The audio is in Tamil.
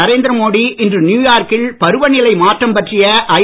நரேந்திர மோடி இன்று நியுயார்க் கில் பருவநிலை மாற்றம் பற்றிய ஐ